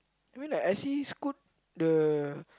then why like I see Scoot the